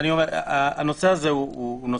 הנושא הזה חשוב.